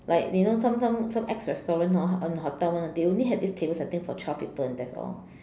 like you know some some some ex restaurant hor on hotel one they only had this table setting for twelve people and that's all